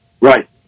Right